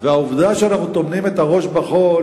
והעובדה שאנחנו טומנים את הראש בחול,